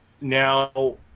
Now